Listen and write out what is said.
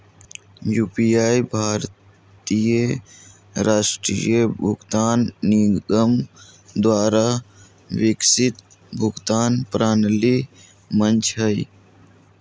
UPI भारतीय राष्ट्रीय भुगतान निगम द्वारा विकसित भुगतान प्रणाली मंच हइ